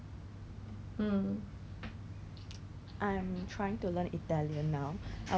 他他好像是讲 err it's a new product so like try